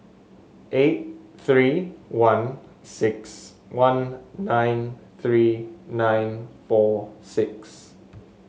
eight three one six one nine three nine four six